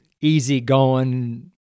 easygoing